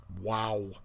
wow